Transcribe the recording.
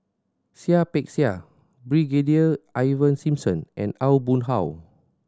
Seah Peck Seah Brigadier Ivan Simson and Aw Boon Haw